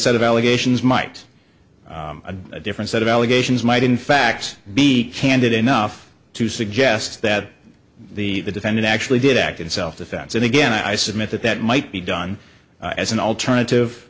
set of allegations might a different set of allegations might in fact be candid enough to suggest that the defendant actually did act in self defense and again i submit that that might be done as an alternative